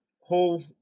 whole